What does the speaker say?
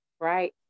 right